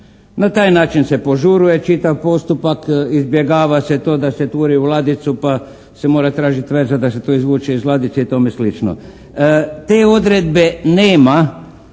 Na taj način se požuruje čitav postupak, izbjegava se to da se turi u ladicu pa se mora tražiti veza da se to izvuče iz ladice i toma slično. Te odredbe nema